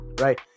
right